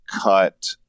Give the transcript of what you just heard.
cut